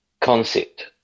concept